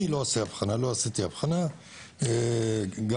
אני לא עושה הבחנה, אני לא עשיתי הבחנה גם בעבר.